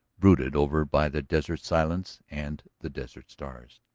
brooded over by the desert silence and the desert stars.